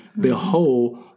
Behold